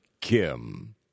Kim